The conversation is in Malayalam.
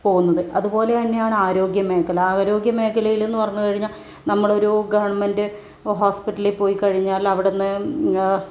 പോകുന്നത് അതുപോലെതന്നെ ആണ് ആരോഗ്യമേഖല ആരോഗ്യ മേഖലയിൽനിന്ന് പറഞ്ഞു കഴിഞ്ഞാൽ നമ്മളൊരു ഗവൺമെൻ്റ് ഹോസ്പിറ്റലിൽ പോയിക്കഴിഞ്ഞാൽ അവിടെ നിന്ന്